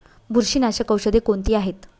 बुरशीनाशक औषधे कोणती आहेत?